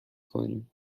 کنیم